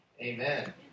Amen